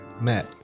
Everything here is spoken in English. Matt